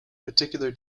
particular